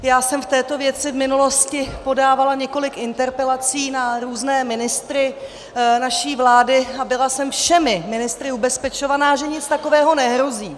Já jsem v této věci v minulosti podávala několik interpelací na různé ministry naší vlády a byla jsem všemi ministry ubezpečovaná, že nic takového nehrozí.